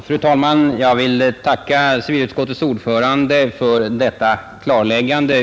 Fru talman! Jag vill tacka civilutskottets ordförande för detta klarläggande.